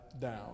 down